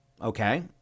Okay